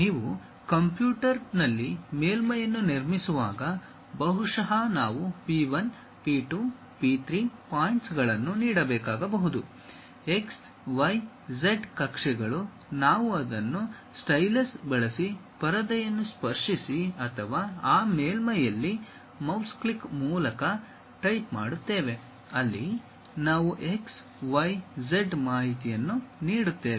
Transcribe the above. ನೀವು ಕಂಪ್ಯೂಟರ್ನಲ್ಲಿ ಮೇಲ್ಮೈಯನ್ನು ನಿರ್ಮಿಸುವಾಗ ಬಹುಶಃ ನಾವು P1 P2 P3 ಪಾಯಿಂಟ್ಸ್ಗಳನ್ನು ನೀಡಬೇಕಾಗಬಹುದು x y z ಕಕ್ಷೆಗಳು ನಾವು ಅದನ್ನು ಸ್ಟೈಲಸ್ ಬಳಸಿ ಪರದೆಯನ್ನು ಸ್ಪರ್ಶಿಸಿ ಅಥವಾ ಆ ಮೇಲ್ಮೈಯಲ್ಲಿ ಮೌಸ್ ಕ್ಲಿಕ್ ಮೂಲಕ ಟೈಪ್ ಮಾಡುತ್ತೇವೆ ಅಲ್ಲಿ ನಾವು x y z ಮಾಹಿತಿಯನ್ನು ನೀಡುತ್ತೇವೆ